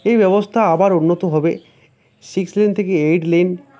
এই ব্যবস্থা আবার উন্নত হবে সিক্স লেন থেকে এইট লেন